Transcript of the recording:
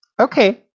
Okay